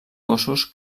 gossos